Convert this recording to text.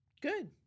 Good